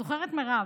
זוכרת, מירב?